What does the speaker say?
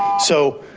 so